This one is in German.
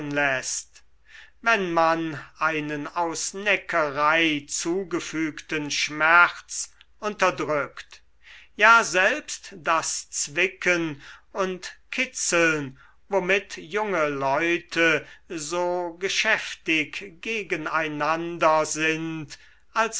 läßt wenn man einen aus neckerei zugefügten schmerz unterdrückt ja selbst das zwicken und kitzeln womit junge leute so geschäftig gegen einander sind als